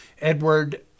Edward